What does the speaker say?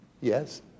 yes